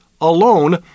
alone